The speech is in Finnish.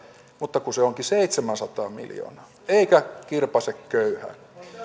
mutta kun se onkin seitsemänsataa miljoonaa eikä kirpaise köyhää